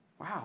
Wow